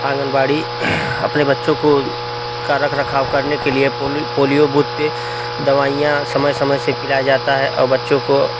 आंगनबाड़ी अपने बच्चों को का रखरखाव करने के लिए पोलिओ बूथ पे दवाइयाँ सम समय से पिलाया जाता है और बच्चों को